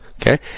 Okay